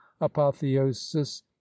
apotheosis